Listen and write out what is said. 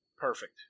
perfect